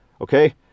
okay